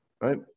right